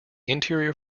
interior